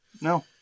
No